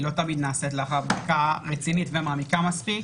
היא לא תמיד נעשית לאחר בדיקה רצינית ומעמיקה מספיק.